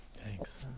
Thanks